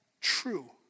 true